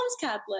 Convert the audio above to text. Catholic